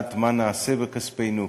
לדעת מה נעשה בכספנו,